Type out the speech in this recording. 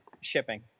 shipping